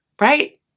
right